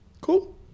Cool